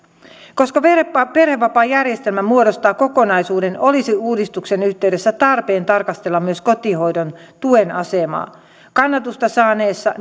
koska perhevapaajärjestelmä muodostaa kokonaisuuden olisi uudistuksen yhteydessä tarpeen tarkastella myös kotihoidon tuen asemaa kannatusta saaneessa